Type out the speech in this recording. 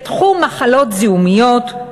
בתחום מחלות זיהומיות,